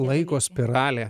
laiko spiralė